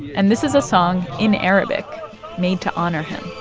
and this is a song in arabic made to honor him